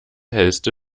hellste